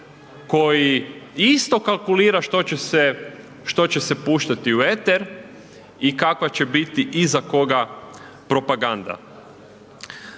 koji isto kalkulira što će se puštati u eter i kakva će biti i za koga propaganda.